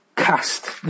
Cast